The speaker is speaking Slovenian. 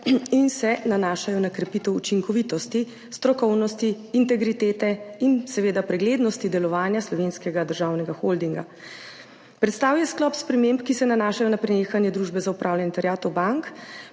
in se nanašajo na krepitev učinkovitosti, strokovnosti, integritete in seveda preglednosti delovanja Slovenskega državnega holdinga. Predstavil je sklop sprememb, ki se nanašajo na prenehanje Družbe za upravljanje terjatev bank.